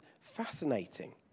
fascinating